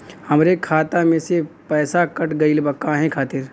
हमरे खाता में से पैसाकट गइल बा काहे खातिर?